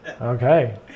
Okay